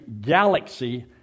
galaxy